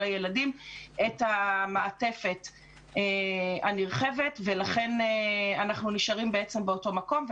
הילדים את המעטפת הנרחבת ולכן אנחנו נשארים באותו מקום.